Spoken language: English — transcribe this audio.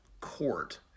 court